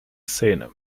szene